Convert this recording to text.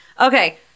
okay